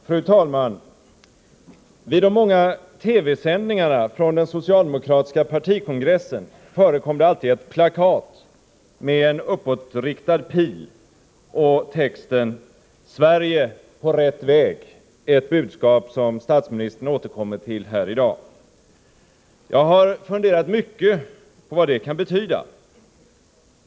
Fru talman! Vid de många TV-sändningarna från den socialdemokratiska partikongressen förekom det alltid ett plakat med en uppåtriktad pil och texten ”Sverige på rätt väg” — ett budskap som statsministern återkommit till här i dag. Jag har funderat mycket på vad det kan betyda.